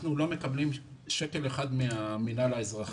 אנחנו לא מקבלים שקל אחד מהמנהל האזרחי.